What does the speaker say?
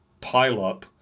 pileup